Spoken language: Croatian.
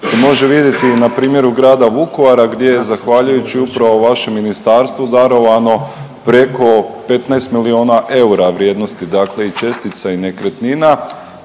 se može vidjeti i na primjeru grada Vukovara gdje je zahvaljujući upravo vašem ministarstvu darovano preko 15 milijuna eura vrijednosti dakle i čestica i nekretnina.